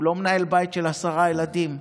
הוא לא מנהל בית של עשרה ילדים?